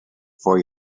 four